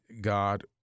God